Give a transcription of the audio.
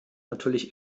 natürlich